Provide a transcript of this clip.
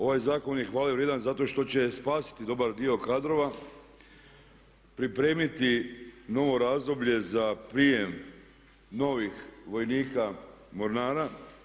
Ovaj zakon je hvale vrijedan zato što će spasiti dobar dio kadrova, pripremiti novo razdoblje za prijem novih vojnika, mornara.